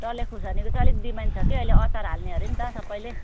डल्ले खोर्सानीको चाहिँ अलिक डिमान्ड छ कि अहिले अचार हाल्ने हरे नि त सप्पैले